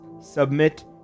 submit